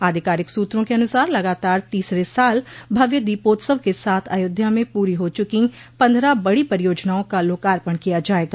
आधिकारिक सूत्रों के अनुसार लगातार तीसरे साल भव्य दीपोत्सव के साथ अयोध्या में पूरी हो चुकीं पन्द्रह बड़ी परियोजनाओं का लोकार्पण किया जायेगा